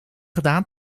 gedaan